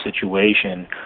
situation